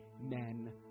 men